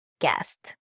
guest